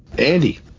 Andy